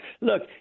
Look